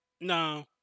No